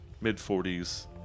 mid-40s